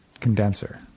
condenser